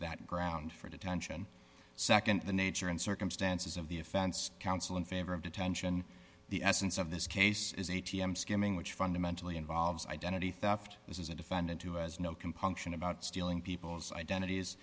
that ground for detention nd the nature and circumstances of the offense counsel in favor of detention the essence of this case is a t m skimming which fundamentally involves identity theft this is a defendant who has no compunction about stealing people's identities